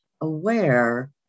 aware